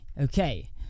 Okay